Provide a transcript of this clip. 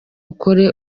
akore